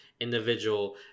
individual